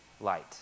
light